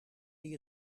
die